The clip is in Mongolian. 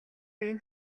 энэ